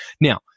Now